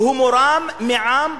הוא מורם מעם,